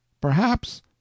Perhaps—